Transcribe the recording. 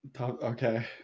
Okay